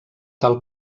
tal